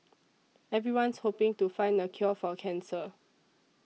everyone's hoping to find the cure for cancer